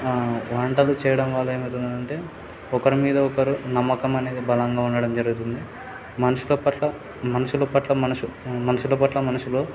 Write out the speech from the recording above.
వంటలు చేయడం వల్ల ఏమవుతుంది అంటే ఒకరి మీద ఒకరు నమ్మకం అనేది బలంగా ఉండటం జరుగుతుంది మనషుల పట్ల మనషుల పట్ల మనషు మనషుల పట్ల మనుషులు